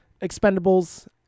Expendables